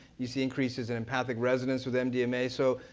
you see increases and in pathic residence with m d m a. so,